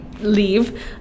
leave